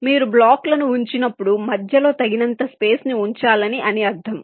మీరు బ్లాక్లను ఉంచినప్పుడు మధ్యలో తగినంత స్పేస్ ని ఉంచాలని దీని అర్థం